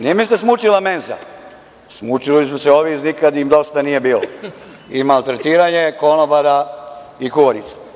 Nije mi se smučila menza, smučili su mi se ovi iz „Nikad im dosta nije bilo“ i maltretiranje konobara i kuvarica.